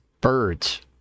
Birds